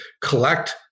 collect